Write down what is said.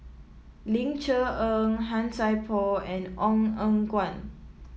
Ling Cher Eng Han Sai Por and Ong Eng Guan